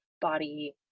body